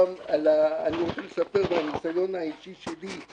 אני רוצה לספר מן הניסיון האישי שלי.